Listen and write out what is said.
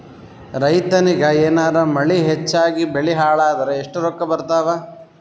ರೈತನಿಗ ಏನಾರ ಮಳಿ ಹೆಚ್ಚಾಗಿಬೆಳಿ ಹಾಳಾದರ ಎಷ್ಟುರೊಕ್ಕಾ ಬರತ್ತಾವ?